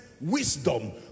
wisdom